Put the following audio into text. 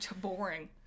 Boring